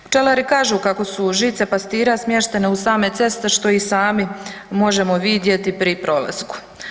Pčelari kažu kako su žice pastira smještene uz same ceste što i sami možemo vidjeti pri prolasku.